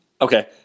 Okay